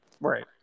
right